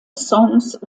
songs